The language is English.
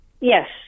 Yes